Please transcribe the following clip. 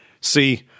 See